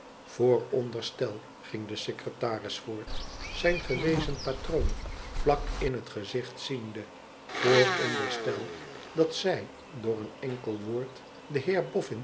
vooronderstel ging de secretaris voort zijn gewezen patroon vlak in het gezicht ziende vooronderstel dat zij door een enkel woord den